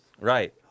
Right